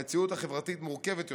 המציאות החברתית מורכבת יותר.